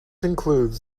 includes